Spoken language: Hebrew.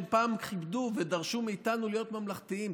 פעם כיבדו ודרשו מאיתנו להיות ממלכתיים,